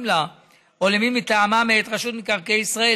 לה או למי מטעמה מאת רשות מקרקעי ישראל,